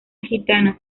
gitana